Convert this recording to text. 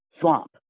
swamp